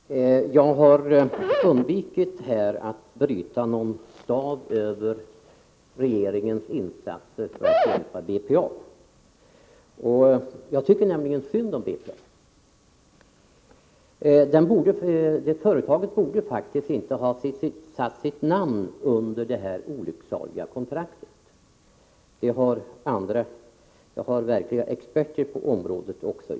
Herr talman! Jag har undvikit att bryta staven över regeringens insatser för att hjälpa BPA. Jag tycker nämligen synd om BPA. Företaget borde faktiskt inte ha satt sitt namn under det olycksaliga kontraktet. Det har också verkliga experter på området uttalat.